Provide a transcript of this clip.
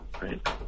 Right